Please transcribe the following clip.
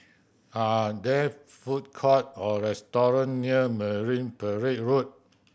are there food courts or restaurant near Marine Parade Road